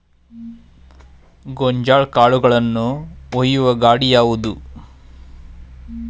ಗೋಂಜಾಳ ಕಾಳುಗಳನ್ನು ಒಯ್ಯುವ ಗಾಡಿ ಯಾವದು?